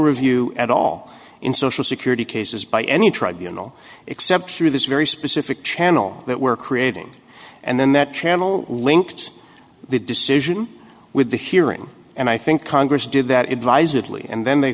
review at all in social security cases by any tribunal except through this very specific channel that we're creating and then that channel linked the decision with the hearing and i think congress did that advisedly and then they